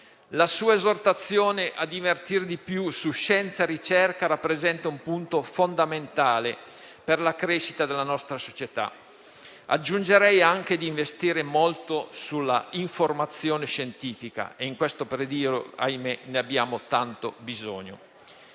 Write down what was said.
La sua esortazione a investire di più su scienza e ricerca rappresenta un punto fondamentale per la crescita della nostra società. Aggiungerei anche di investire molto sull'informazione scientifica e in questo periodo ne abbiamo tanto bisogno.